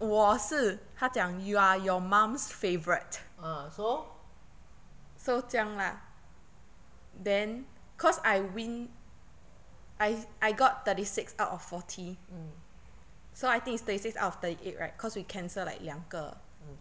ah so mm mm